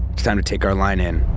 it's time to take our line in